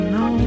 no